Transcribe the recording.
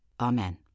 amen